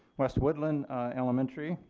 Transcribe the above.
west woodland elementary,